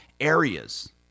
areas